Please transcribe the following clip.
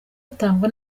atangwa